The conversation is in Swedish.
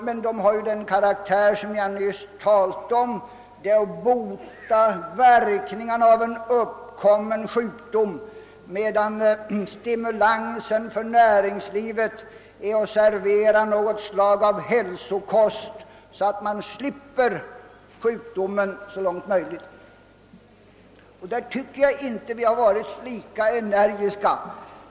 De arbetsmarknadspolitiska åtgärder som jag talade om är avsedda att bota verkningarna av en uppkommen sjukdom, medan man för näringslivets stimulans måste servera ett slags hälsokost. Härvidlag är vi enligt min mening inte lika energiska som när det gällt dämpningen.